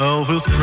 Elvis